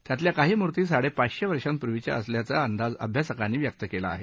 त्यातल्या काही मूर्ती साडेपाचशे वर्षापूर्वीच्या असल्याचा अंदाज अभ्यासकांनी व्यक्त केला आहे